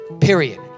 period